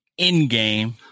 Endgame